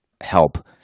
help